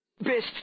Best